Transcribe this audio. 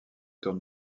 étant